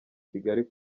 kigali